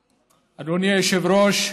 היושב-ראש,